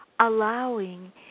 allowing